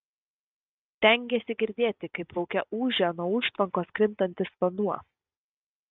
stengėsi girdėti kaip lauke ūžia nuo užtvankos krintantis vanduo